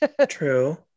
true